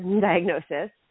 diagnosis